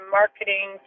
marketing